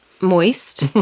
moist